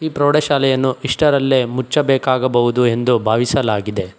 ಈ ಪ್ರೌಢಶಾಲೆಯನ್ನು ಇಷ್ಟರಲ್ಲೇ ಮುಚ್ಚಬೇಕಾಗಬಹುದು ಎಂದು ಭಾವಿಸಲಾಗಿದೆ